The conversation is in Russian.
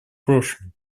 прошлом